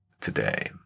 today